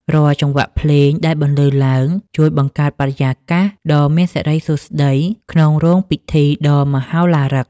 រាល់ចង្វាក់ភ្លេងដែលបន្លឺឡើង ជួយបង្កើតបរិយាកាសដ៏មានសិរីសួស្ដីក្នុងរោងពិធីដ៏មហោឡារិក។